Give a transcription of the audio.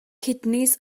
kidneys